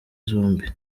zombi